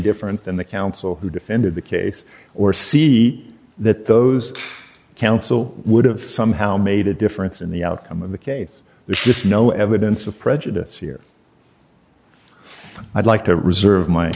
different than the counsel who defended the case or see that those counsel would have somehow made a difference in the outcome of the case there's just no evidence of prejudice here i'd like to reserve my